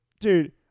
Dude